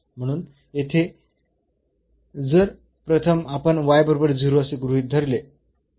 म्हणून येथे जर प्रथम आपण बरोबर असे गृहीत धरले